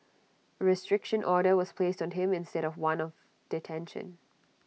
A restriction order was placed on him instead of one of detention